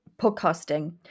podcasting